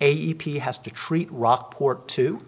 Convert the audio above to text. p has to treat rockport two